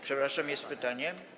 Przepraszam, jest pytanie.